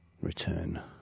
Return